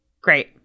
great